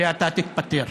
שאתה תתפטר.